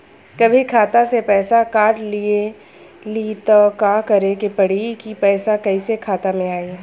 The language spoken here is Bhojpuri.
कभी खाता से पैसा काट लि त का करे के पड़ी कि पैसा कईसे खाता मे आई?